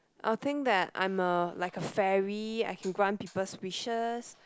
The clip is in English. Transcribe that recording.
I will think that I am a like a fairy I can grant people wishes